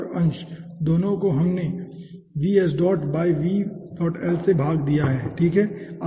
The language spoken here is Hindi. तो हर और अंश दोनों को आपने बाई से भाग दिया ठीक है